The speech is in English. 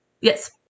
Yes